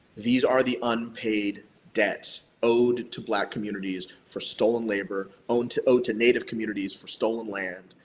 these are the unpaid debts owed to black communities for stolen labor, owed to owed to native communities for stolen land,